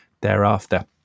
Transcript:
thereafter